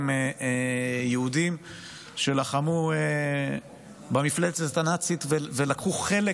יהודים שלחמו במפלצת הנאצית ולקחו חלק,